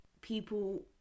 people